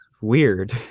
weird